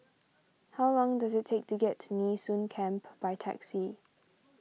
how long does it take to get to Nee Soon Camp by taxi